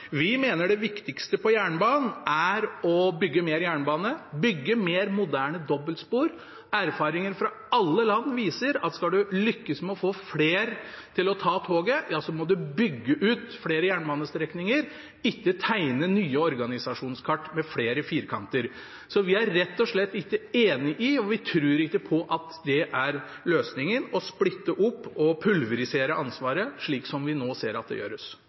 Vi mener det viktigste innen jernbanen er å bygge mer jernbane, bygge flere moderne dobbeltspor. Erfaringer fra alle land viser at skal man lykkes med å få flere til å ta toget, må man bygge ut flere jernbanestrekninger, ikke tegne nye organisasjonskart med flere firkanter. Vi er rett og slett ikke enig i, og vi tror ikke på, at løsningen er å splitte opp og pulverisere ansvaret, slik vi nå ser gjøres. Jeg ser at